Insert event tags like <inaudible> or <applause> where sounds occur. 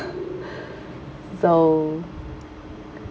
<laughs> so